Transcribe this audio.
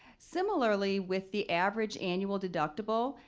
similarly with the average annual deductible,